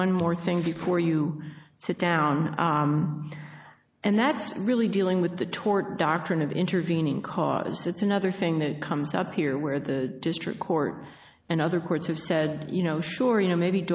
one more thing before you sit down and that's really dealing with the tort doctrine of intervening cause that's another thing that comes up here where the district court and other courts have said you know sure you know maybe